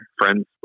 Friends